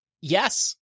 yes